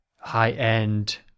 high-end